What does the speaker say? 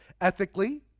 ethically